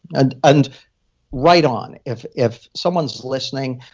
and and right on, if if someone is listening,